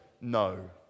no